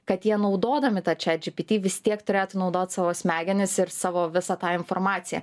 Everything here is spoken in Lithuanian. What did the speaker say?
kad jie naudodami tą chatgpt vis tiek turėtų naudot savo smegenis ir savo visą tą informaciją